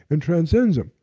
and transcends it.